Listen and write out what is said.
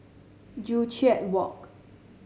Joo Chiat Walk